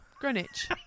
Greenwich